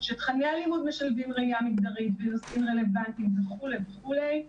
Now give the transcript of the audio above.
שתכני הלימוד משלבים ראייה מגדרית בנושאים רלוונטיים וכו' וכו'